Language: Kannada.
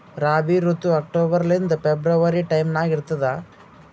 ರಾಬಿ ಋತು ಅಕ್ಟೋಬರ್ ಲಿಂದ ಫೆಬ್ರವರಿ ಟೈಮ್ ನಾಗ ಇರ್ತದ